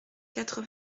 quatre